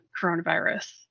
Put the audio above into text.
coronavirus